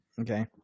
Okay